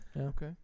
okay